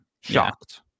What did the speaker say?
shocked